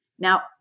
Now